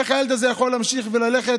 איך הילד הזה יכול להמשיך וללכת